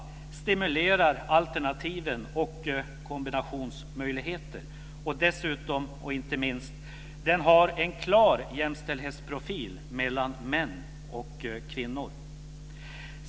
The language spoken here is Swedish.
Det stimulerar alternativ och kombinationsmöjligheter. Dessutom, och inte minst, har den en klar jämställdhetsprofil mellan män och kvinnor.